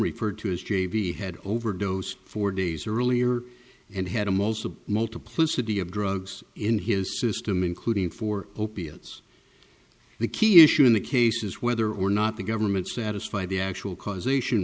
referred to as j v had overdosed four days earlier and had a most of multiplicity of drugs in his system including for opiates the key issue in the case is whether or not the government satisfy the actual causation